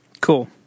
Cool